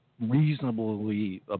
reasonably